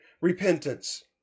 repentance